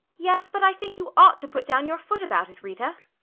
yes but i think you ought to put down your foot about it, rita.